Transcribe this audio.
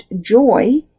joy